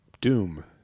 Doom